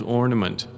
ornament